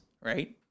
right